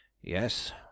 Yes